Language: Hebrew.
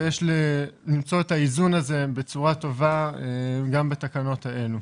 ויש למצוא את האיזון הזה בצורה טובה גם בתקנות האלו.